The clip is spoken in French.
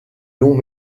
longs